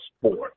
sport